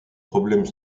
problèmes